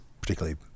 particularly